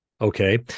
okay